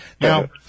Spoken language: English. Now